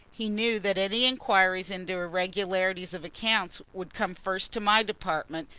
he knew that any inquiries into irregularities of accounts would come first to my department,